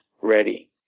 ready